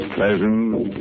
Pleasant